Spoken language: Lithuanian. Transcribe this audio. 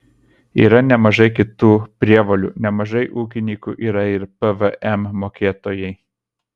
yra nemažai kitų prievolių nemažai ūkininkų yra ir pvm mokėtojai